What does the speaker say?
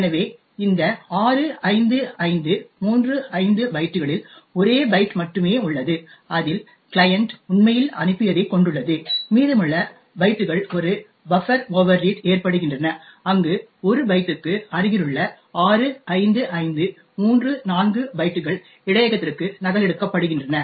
எனவே இந்த 65535 பைட்டுகளில் ஒரே பைட் மட்டுமே உள்ளது அதில் கிளையன்ட் உண்மையில் அனுப்பியதைக் கொண்டுள்ளது மீதமுள்ள பைட்டுகள் ஒரு பஃப்பர் ஓவர்ரீட் ஏற்படுகின்றன அங்கு ஒரு பைட்டுக்கு அருகிலுள்ள 65534 பைட்டுகள் இடையகத்திற்கு நகலெடுக்கப்படுகின்றன